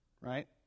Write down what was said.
right